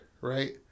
right